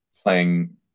playing